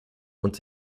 und